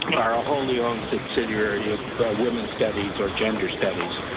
are ah wholly on subsidiary of women studies or gender studies.